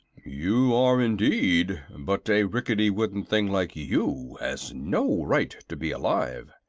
you are, indeed. but a rickety wooden thing like you has no right to be alive.